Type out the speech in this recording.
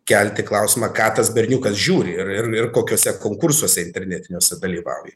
kelti klausimą ką tas berniukas žiūri ir ir ir kokiuose konkursuose internetinio sudalyvauja